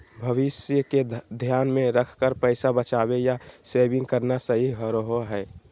भविष्य के ध्यान मे रखकर पैसा बचावे या सेविंग करना सही रहो हय